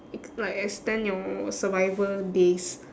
it like extend your survival days